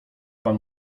pan